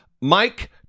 Mike